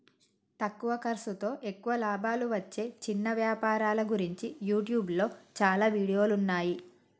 తక్కువ ఖర్సుతో ఎక్కువ లాభాలు వచ్చే చిన్న వ్యాపారాల గురించి యూట్యూబ్లో చాలా వీడియోలున్నయ్యి